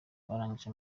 barangije